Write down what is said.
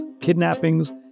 kidnappings